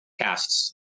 casts